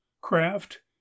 craft